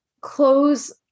close